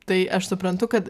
tai aš suprantu kad